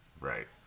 right